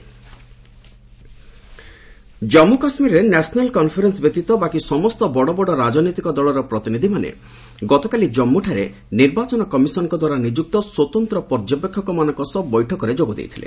JK ଇସି ଜନ୍ମୁ କାଶ୍ମୀରରେ ନ୍ୟାସନାଲ୍ କନ୍ଫରେନ୍ସ ବ୍ୟତୀତ ବାକି ସମସ୍ତ ବଡ଼ ବଡ଼ ରାଜନୈତିକ ଦଳର ପ୍ରତିନିଧିମାନେ ଗତକାଲି କମ୍ମୁଠାରେ ନିର୍ବାଚନ କମିଶନଦ୍ୱାରା ନିଯୁକ୍ତ ସ୍ୱତନ୍ତ୍ର ପର୍ଯ୍ୟବେକ୍ଷକମାନଙ୍କ ସହ ବୈଠକରେ ଯୋଗ ଦେଇଥିଲେ